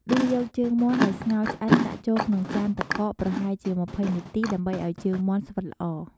ដួសយកជើងមាន់ដែលស្ងោរឆ្អិនដាក់ចូលក្នុងចានទឹកកកប្រហែលជា ២០ នាទី ដើម្បីឱ្យជើងមាន់ស្វិតល្អ។